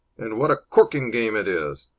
and what a corking game it is!